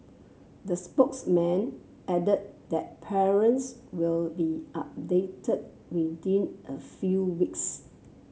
the spokesman added that parents will be updated within a few weeks